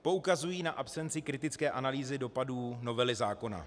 Poukazují na absenci kritické analýzy dopadů novely zákona.